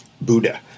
Buddha